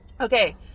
Okay